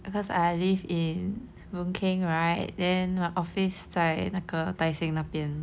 because I live in boon keng right then my office 在那个 tai seng 那边